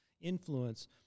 influence